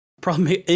Problem